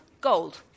gold